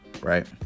right